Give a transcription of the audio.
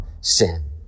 sin